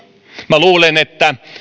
minä luulen että